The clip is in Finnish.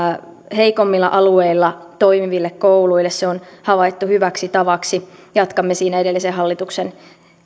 heikommilla alueilla toimiville kouluille se on havaittu hyväksi tavaksi jatkamme siinä edellisen hallituksen